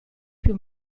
più